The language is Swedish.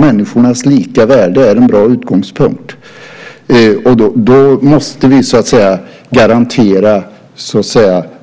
Människornas lika värde är en bra utgångspunkt. Då måste vi garantera